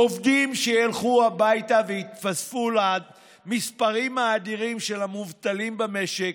עובדים שילכו הביתה ויתווספו למספרים האדירים של המובטלים במשק,